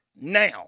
now